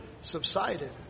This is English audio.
subsided